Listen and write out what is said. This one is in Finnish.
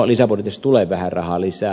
lisäbudjetissa tulee vähän rahaa lisää